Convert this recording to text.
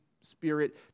Spirit